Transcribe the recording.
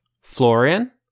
Florian